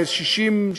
ל-60%.